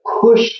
push